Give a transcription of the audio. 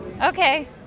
Okay